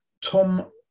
Tom